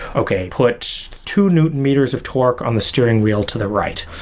okay, put two newton meters of torque on the steering wheel to the right.